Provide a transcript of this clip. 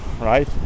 right